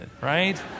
right